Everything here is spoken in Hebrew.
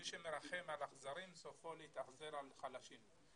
מי שמרחם על אכזרים סופו להתאכזר לחלשים.